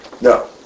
No